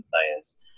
players